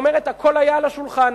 היא אומרת: הכול היה על השולחן.